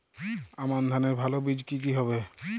আমান ধানের ভালো বীজ কি কি হবে?